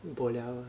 boliao